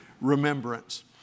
remembrance